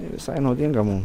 visai naudinga mum